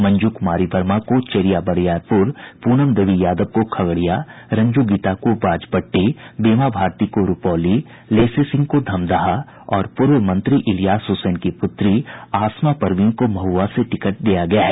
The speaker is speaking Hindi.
मंजू कुमारी वर्मा को चेरिया बरियारपुर पूनम देवी यादव को खगड़िया रंजू गीता को बाजपट्टी बीमा भारती को रूपौली लेसी सिंह को धमदाहा और पूर्व मंत्री इलियास हुसैन की पुत्री आसमा परवीन को महुआ से टिकट दिया गया है